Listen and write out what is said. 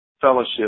fellowship